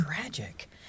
tragic